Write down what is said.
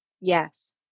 Yes